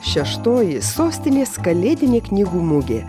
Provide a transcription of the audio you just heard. šeštoji sostinės kalėdinė knygų mugė